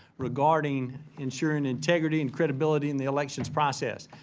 regarding ensuring integrity and credibility in the elections process.